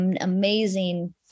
amazing